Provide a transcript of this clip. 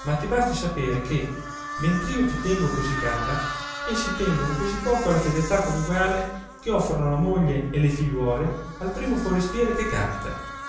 ma ti basti sapere che mentr'io ti tengo così cara essi tengono così poco alla fedeltà coniugale che offrono la moglie e le figliuole al primo forestiere che capita